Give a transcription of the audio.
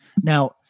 Now